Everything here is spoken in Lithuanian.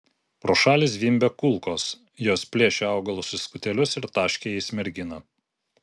pro šalį zvimbė kulkos jos plėšė augalus į skutelius ir taškė jais merginą